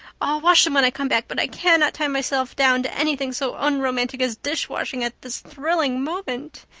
i'll wash them when i come back, but i cannot tie myself down to anything so unromantic as dishwashing at this thrilling moment.